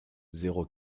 zéro